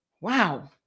Wow